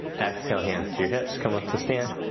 exhale hands to your hips, come up to standing.